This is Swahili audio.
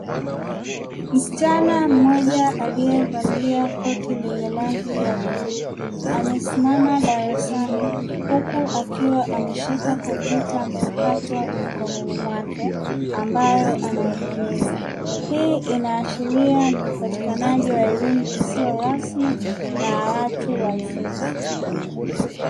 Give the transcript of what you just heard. Msichana mmoja aliyevalia koti lenye rangi ya bluu amesimama darasani, huku akiwa ameshika kompyuta mpakato mikononi mwake ambayo anaibonyeza. Hii inaashiria upatikanaji wa elimu isiyo rasmi na ya watu wazima.